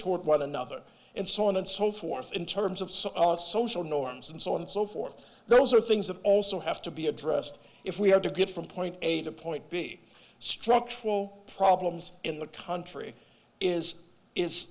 toward one another and so on and so forth in terms of so our social norms and so on and so forth those are things that also have to be addressed if we have to get from point a to point b structural problems in the country is is